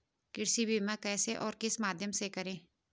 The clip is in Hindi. कृषि बीमा कैसे और किस माध्यम से करें?